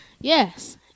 Yes